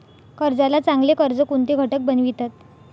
कर्जाला चांगले कर्ज कोणते घटक बनवितात?